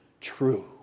true